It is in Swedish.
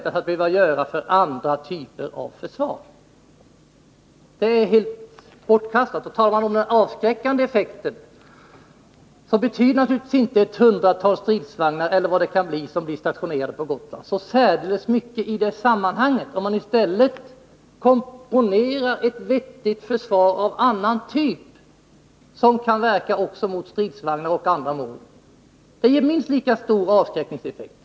Det är alltså helt bortkastat att inrätta stridsvagnsförband. När det sedan gäller den avskräckande effekten, så betyder naturligtvis ett hundratal stridsvagnar — eller hur många det kan vara som blir stationerade på Gotland — inte så särdeles mycket i det avseendet. Om man i stället komponerar ett vettigt försvarssystem av annan typ, ett som kan verka också mot stridsvagnar och andra mål, uppnår man på det sättet minst lika stor avskräckningseffekt.